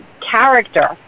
character